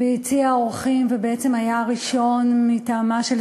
ביציע האורחים ובעצם היה הראשון מטעמה של